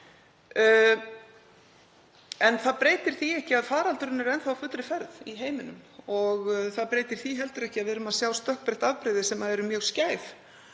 En það breytir því ekki að faraldurinn er enn á fullri ferð í heiminum. Og það breytir því heldur ekki að við sjáum stökkbreytt afbrigði sem eru mjög skæð